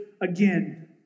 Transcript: again